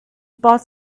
bought